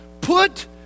put